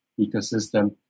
ecosystem